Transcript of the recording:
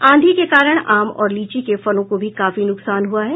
आंधी के कारण आम और लीची के फलों को भी काफी नुकसान हुआ है